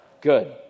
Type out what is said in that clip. Good